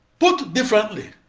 put differently,